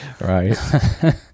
Right